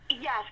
Yes